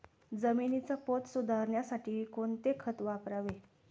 जमिनीचा पोत सुधारण्यासाठी कोणते खत वापरावे?